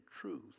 truth